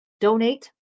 donate